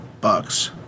bucks